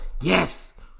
Yes